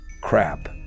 crap